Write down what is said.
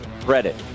credit